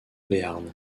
béarn